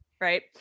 right